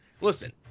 Listen